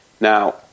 now